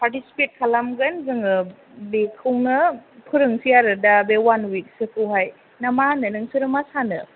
participate खालामगोन जोङो बेखौनो फोरोंसै आरो दा बे वान उइखसोखौहाय ना मा होनो नोंसोरो मा सानो